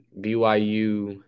BYU